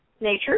nature